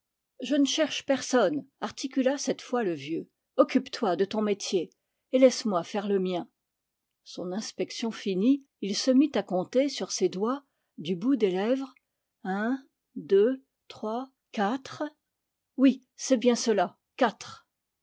je ne cherche personne articula cette fois le vieux occupe-toi de ton métier et laisse-moi faire le mien son inspection finie il se mit à compter sur ses doigts du bout des lèvres un deux trois quatre oui c'est bien cela quatre